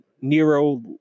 nero